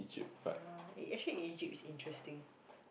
uh eh actually Egypt's interesting